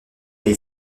mais